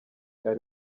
ari